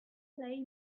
play